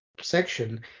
section